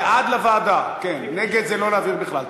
בעד, לוועדה, כן, נגד זה לא להעביר בכלל.